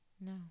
No